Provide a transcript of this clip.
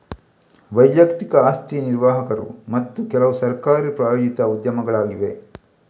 ವೈಯಕ್ತಿಕ ಆಸ್ತಿ ನಿರ್ವಾಹಕರು ಮತ್ತು ಕೆಲವುಸರ್ಕಾರಿ ಪ್ರಾಯೋಜಿತ ಉದ್ಯಮಗಳಾಗಿವೆ